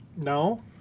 No